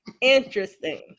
Interesting